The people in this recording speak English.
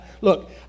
Look